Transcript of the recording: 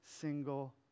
single